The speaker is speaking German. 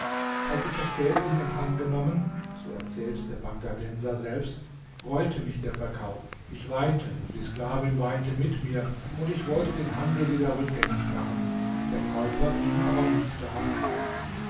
als ich das geld in empfang genommen so erzählt der bagdadenser selbst reute mich der verkauf ich weinte und die sklavin weinte mit mir und ich wollte den handel wieder rückgängig machen der käufer ging aber nicht darauf ein